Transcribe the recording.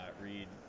read